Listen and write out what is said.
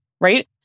right